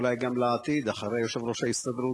אולי גם לעתיד, אחרי יושב-ראש ההסתדרות.